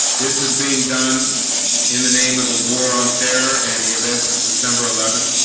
this is being done in the name of the war on terror and the events of september eleventh